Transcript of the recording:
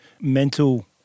mental